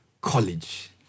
College